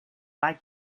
like